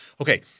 Okay